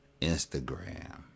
Instagram